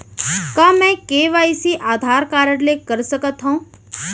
का मैं KYC Aadhaar card से कर सकत हो?